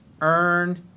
earn